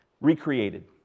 recreated